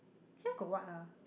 here got what ah